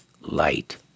light